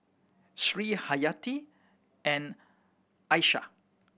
Sri Haryati and Aishah